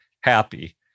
happy